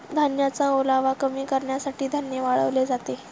धान्याचा ओलावा कमी करण्यासाठी धान्य वाळवले जाते